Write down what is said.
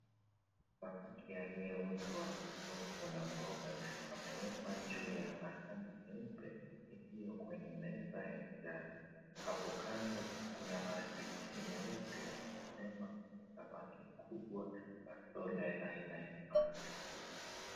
Samaki aliyeundwa kwa supu la mboga wamewekwa juu ya sahani nyeupe iliyo kwenye meza ya kijani hapo kando kuna maandishi meupe yamebeba samaki mkubwa na soda aina ya Fanta .